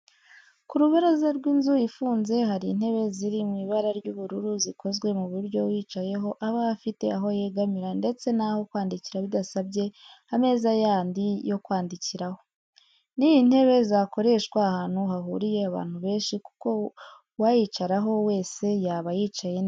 Ku rubaraza rw'inzu ifunze hari intebe ziri mu ibara ry'ubururu zikozwe ku buryo uyicayeho aba afite aho yegamira ndetse n'aho kwandikira bidasabye ameza yandi yo kwandikiraho. Ni intebe zakoreshwa ahantu hahuriye abantu benshi kuko uwayicaraho wese yaba yicaye neza